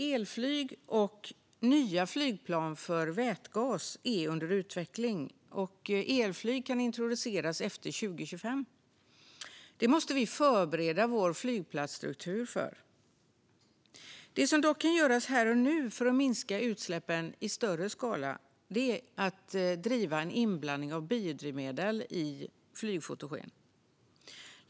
Elflyg och nya flygplan för vätgas är under utveckling. Elflyg kan introduceras efter 2025. Det måste vi förbereda vår flygplatsstruktur för. Det som dock kan göras här och nu för att minska utsläppen i större skala är att driva på för en inblandning av biodrivmedel i flygfotogen.